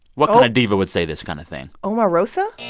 what kind of diva would say this kind of thing? omarosa?